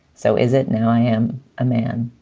so is it now i am a man.